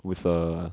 with a